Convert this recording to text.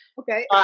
Okay